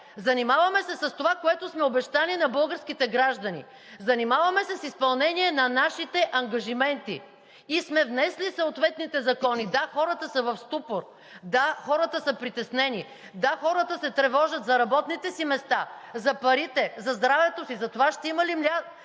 Занимаваме се с това, което сме обещали на българските граждани – занимаваме се с изпълнение на нашите ангажименти и сме внесли съответните закони. Да, хората са в ступор. Да, хората са притеснени. Да, хората се тревожат за работните си места, за парите, за здравето си, за това ще има ли място